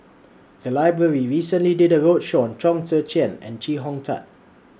The Library recently did A roadshow on Chong Tze Chien and Chee Hong Tat